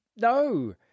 no